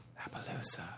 Appaloosa